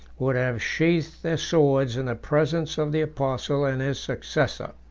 would have sheathed their swords in the presence of the apostle and his successor.